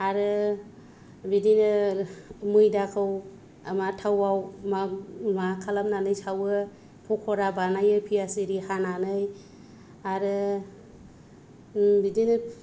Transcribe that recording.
आरो बिदिनो मैदाखौ थावाव मा खालामनानै सावो पकरा बानायो पियाज एरि हानानै आरो बिदिनो